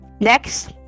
Next